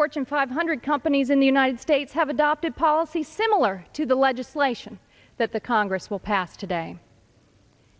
fortune five hundred companies in the united states have adopted a policy similar to the legislation that the congress will pass today